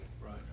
Right